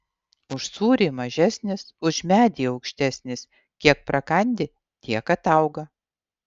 už sūrį mažesnis už medį aukštesnis kiek prakandi tiek atauga